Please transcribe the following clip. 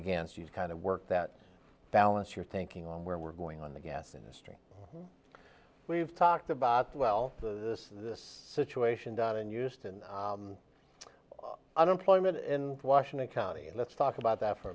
against these kind of work that balance your thinking on where we're going on the gas industry we've talked about well this this situation down in euston unemployment in washington county let's talk about that for